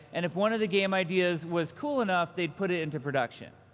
and if one of the game ideas was cool enough, they would put it into production.